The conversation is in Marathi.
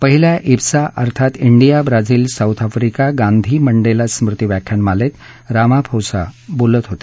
पहिल्या बेसा अर्थात डिया Brazil South Africa Gandhi Mandela स्मृति व्याख्यानमालेत रामाफोसा बोलत होते